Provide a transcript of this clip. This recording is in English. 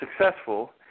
successful